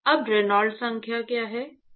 अब रेनॉल्ड्स संख्या क्या है